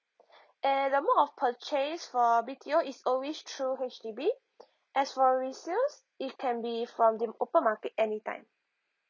and the mode of purchase for B_T_O is always through H_D_B as for resales it can be from the open market any time